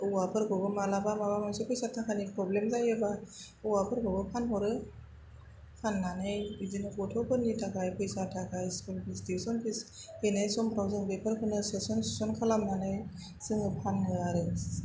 औवाफोरखौबो मालाबा माबा मोनसे फैसा थाखानि फ्रब्लेम जायोबा औवाफोरखौबो फानहरो फाननानै बिदिनो गथ'फोरनि थाखाय फैसा थाखा स्कुल फिस टिउसन फिस हैनाय समावफ्राव बेफोरखौनो सोसन थिसन खालामनानै जोङो फानो आरो